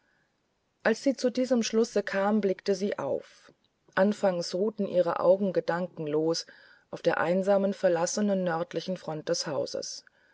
als sie zu diesem schlusse kam blickte sie auf anfangs ruhten ihre augen gedankenlos auf der einsamen verlassenen nördlichen front des hauses